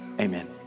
Amen